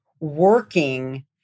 working